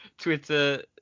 Twitter